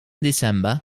december